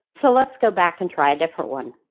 so let's go back and try a different one.